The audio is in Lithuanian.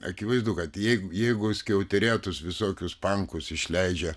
akivaizdu kad jeigu jeigu skiauterėtus visokius pankus išleidžia